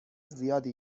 زیادی